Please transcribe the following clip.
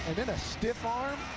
a stiff arm.